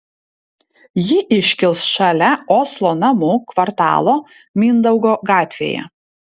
ji iškils šalia oslo namų kvartalo mindaugo gatvėje